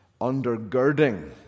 undergirding